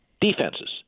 Defenses